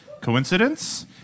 Coincidence